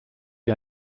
wie